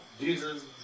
Jesus